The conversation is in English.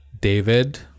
David